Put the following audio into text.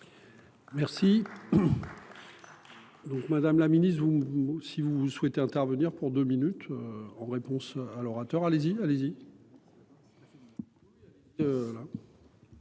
Merci. Donc Madame la Ministre vous si vous souhaitez intervenir pour 2 minutes. En réponse à l'orateur. Allez-y,